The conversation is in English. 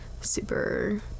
super